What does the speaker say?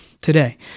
today